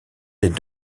des